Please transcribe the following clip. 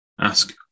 ask